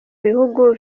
bihugu